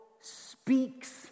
speaks